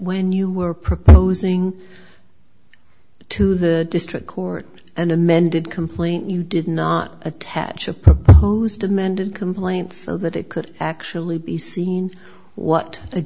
when you were proposing to the district court and amended complaint you did not attach a proposed amended complaint so that it could actually be seen what the